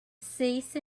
cease